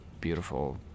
beautiful